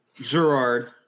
Gerard